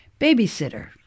Babysitter